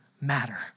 matter